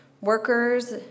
workers